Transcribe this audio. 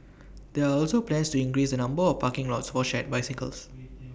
there are also plans to increase the number of parking lots for shared bicycles